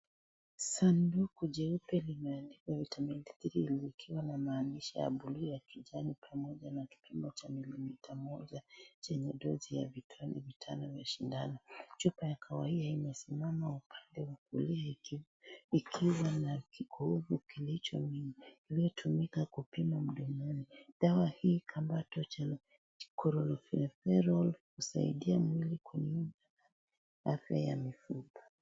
Sanduku jeupe limeandikwa Vitamin D3 ikiwa na maandishi ya buluu ya kijani pamoja na kipimo cha milimita moja chenye dozi ya vipande vitano vya shindano. Chupa ya kahawia imesimama upande wa kulia ikiwa na kikovu kinachotumika kupima mdomoni. Dawa hii ina cholecalciferol husaidia afya ya mifupa.